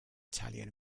italian